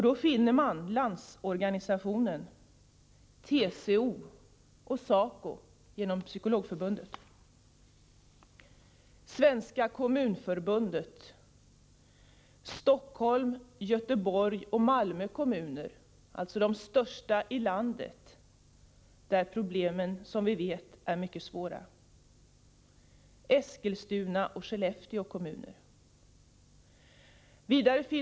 Då finner man Svenska kommunförbundet, Stockholms, Göteborgs och Malmö kommuner — alltså de största i landet — där problemen, som vi vet, är mycket svåra, Eskilstuna och Skellefteå kommuner.